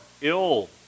ill